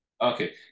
Okay